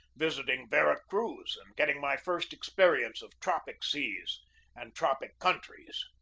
visiting vera cruz and getting my first experience of tropic seas and tropic countries.